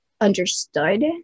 understood